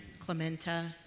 Clementa